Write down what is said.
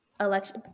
election